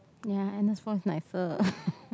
ya Agnes voice nicer